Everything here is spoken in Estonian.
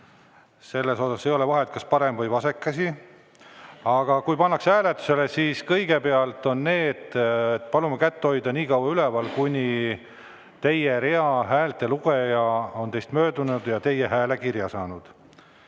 tõstmisega. Ei ole vahet, kas parem või vasak käsi. Aga kui pannakse hääletusele, siis kõigepealt on nii, et palume kätt hoida nii kaua üleval, kuni teie rea häälte lugeja on teist möödunud ja teie hääle kirja saanud.